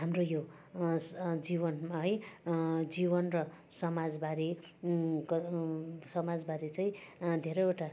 हाम्रो यो जीवन है जीवन र समाज बारे क समाज बारे चाहिँ धेरैवटा